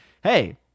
hey